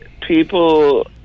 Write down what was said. people